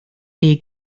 chi